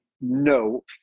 no